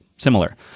similar